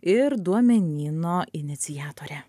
ir duomenyno iniciatore